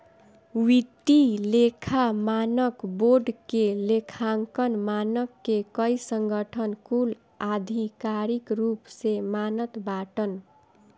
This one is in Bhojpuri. वित्तीय लेखा मानक बोर्ड के लेखांकन मानक के कई संगठन कुल आधिकारिक रूप से मानत बाटन